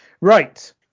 Right